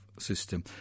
system